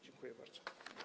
Dziękuję bardzo.